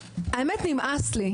האמת, נמאס לי.